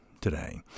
today